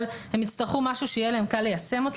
אבל הם יצטרכו משהו שיהיה להם קל ליישם אותו.